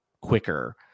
quicker